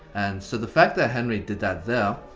and so the fact that henry did that there,